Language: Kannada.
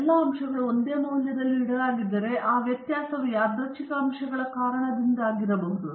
ಎಲ್ಲಾ ಅಂಶಗಳು ಒಂದೇ ಮೌಲ್ಯದಲ್ಲಿ ಇಡಲಾಗಿದ್ದರೆ ಆ ವ್ಯತ್ಯಾಸವು ಯಾದೃಚ್ಛಿಕ ಅಂಶಗಳ ಕಾರಣದಿಂದಾಗಿರಬಹುದು